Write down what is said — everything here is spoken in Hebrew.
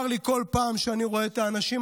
צר לי בכל פעם שאני רואה את האנשים